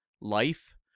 Life